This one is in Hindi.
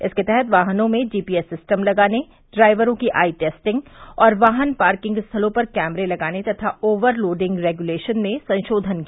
इसके तहत वाहनों में जीपीएस सिस्टम लगाने ड्राइवरों की आई टेस्टिंग और वाहन पार्किंग स्थलों पर कैमरे लगाने तथा ओवर लोडिंग रेग्युलेशन में संशोधन किया गया है